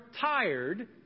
tired